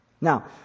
Now